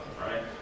right